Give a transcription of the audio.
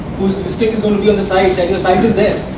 whose listing is going to be on the site that his site is there.